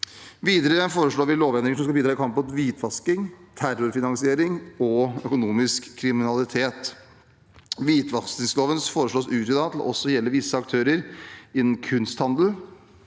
Videre foreslår vi lovendringer som skal bidra i kampen mot hvitvasking, terrorfinansiering og økonomisk kriminalitet. Hvitvaskingsloven foreslås utvidet til også å gjelde visse aktører innen kunsthandel